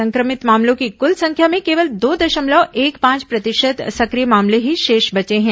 संक्रमित मामलों की कुल संख्या में केवल दो दशमलव एक पांच प्रतिशत सक्रिय मामले ही शेष बचे है